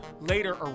later